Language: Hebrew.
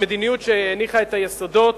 זו המדיניות שהניחה את היסודות